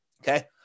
Okay